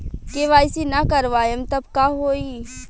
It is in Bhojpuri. के.वाइ.सी ना करवाएम तब का होई?